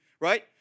right